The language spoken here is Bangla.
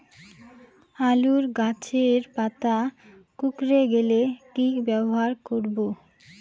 আলুর গাছের পাতা কুকরে গেলে কি ব্যবহার করব?